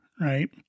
right